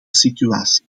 situatie